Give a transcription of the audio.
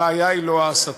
הבעיה היא לא ההסתה.